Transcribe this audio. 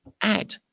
add